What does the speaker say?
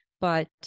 but-